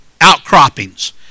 outcroppings